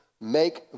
make